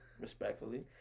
respectfully